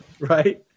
right